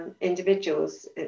individuals